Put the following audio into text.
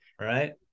Right